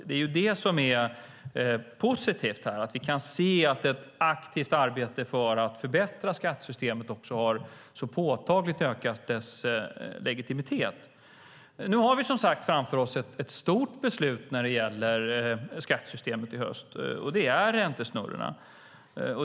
Det är det som är positivt här, att vi kan se att ett aktivt arbete för att förbättra skattesystemet också påtagligt har ökat dess legitimitet. Nu har vi, som sagt, ett stort beslut framför oss när det gäller skattesystemet i höst, och det gäller räntesnurrorna.